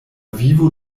vivo